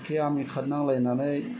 एखे आमिखाद नांलायनानै